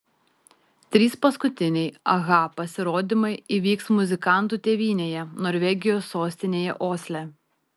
trys paskutiniai aha pasirodymai įvyks muzikantų tėvynėje norvegijos sostinėje osle